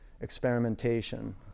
experimentation